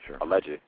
alleged